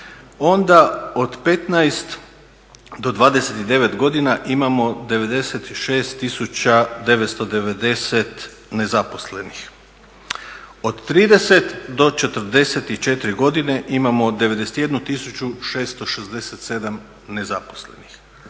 onda od 15 do 29 godina imamo 96.990 nezaposlenih. Od 30 do 44 godine imamo 91.667 nezaposlenih,